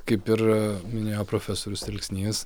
kaip ir minėjo profesorius telksnys